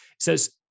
says